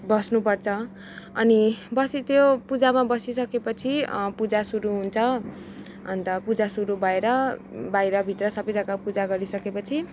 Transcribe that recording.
बस्नुपर्छ अनि बसी त्यो पुजामा बसिसकेपछि पुजा सुरु हुन्छ अन्त पुजा सुरु भएर बाहिर भित्र सबै जग्गा पुजा गरि सकेपछि